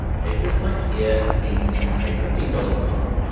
okay, this site here means you pay fifteen dollars a month,